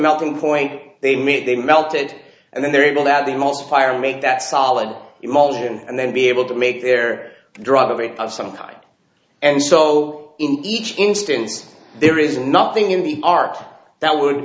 melting point they made they melted and then they're able to have the most fire make that solid motion and then be able to make their drug coverage of some kind and so in each instance there is nothing in the art that would